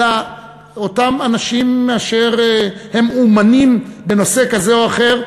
אלא אותם אנשים אשר הם אומנים בנושא כזה או אחר,